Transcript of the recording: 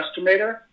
estimator